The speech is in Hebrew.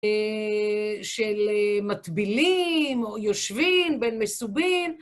של מטבילים, או יושבים בין מסובין...